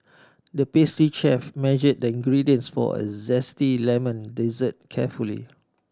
the pastry chef measured the ingredients for a zesty lemon dessert carefully